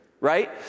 right